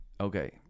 Okay